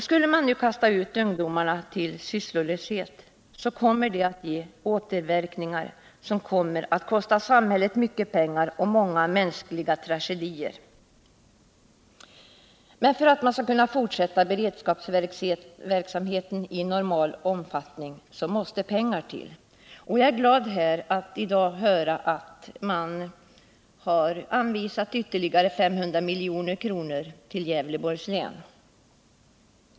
Skulle ungdomarna nu kastas ut till sysslolöshet, kommer det att ge återverkningar som kostar samhället mycket pengar och leder till många mänskliga tragedier. För att man skall kunna fortsätta beredskapsverksamheten i normal omfattning måste pengar till. Jag är glad att i dag höra att man har anvisat ytterligare 500 milj.kr. till Gävleborgs län.